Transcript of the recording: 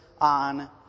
on